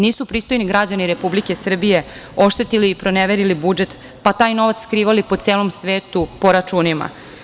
Nisu pristojni građani Republike Srbije oštetili i proneverili budžet, pa taj novac skrivali po celom svetu po računima.